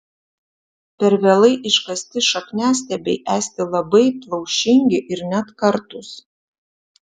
per vėlai iškasti šakniastiebiai esti labai plaušingi ir net kartūs